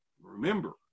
Remember